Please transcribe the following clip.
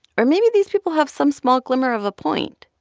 or maybe these people have some small glimmer of a point.